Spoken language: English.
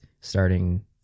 starting